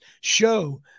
show